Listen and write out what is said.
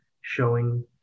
showing